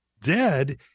dead